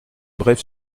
brève